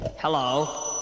Hello